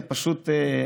זה פשוט,